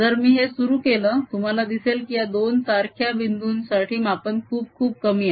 जर मी हे सुरु केलं तुम्हाला दिसेल की या दोन सारख्या बिन्दुंसाठी मापन खूप खूप कमी आहे